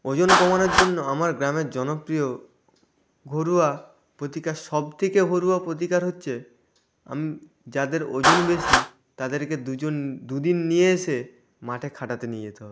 ওজন কমানার জন্য আমার গ্রামের জনপ্রিয় ঘরোয়া প্রতিকার সবথেকে ঘরোয়া প্রতিকার হচ্ছে আম যাদের ওজন বেশি তাদেরকে দুজন দুদিন নিয়ে এসে মাঠে খাটাতে নিয়ে যেতে হবে